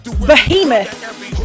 behemoth